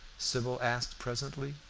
sybil asked presently.